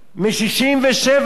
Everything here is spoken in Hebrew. מ-1967.